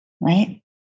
Right